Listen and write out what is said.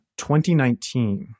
2019